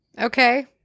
Okay